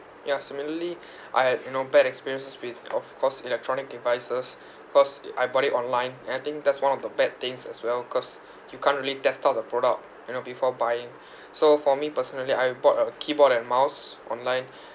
ya similarly I had you know bad experiences with of course electronic devices cause I bought it online and I think that's one of the bad things as well cause you can't really test out the product you know before buying so for me personally I bought a keyboard and mouse online